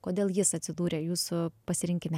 kodėl jis atsidūrė jūsų pasirinkime